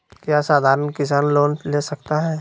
क्या साधरण किसान लोन ले सकता है?